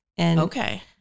Okay